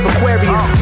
Aquarius